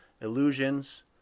illusions